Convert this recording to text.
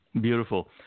Beautiful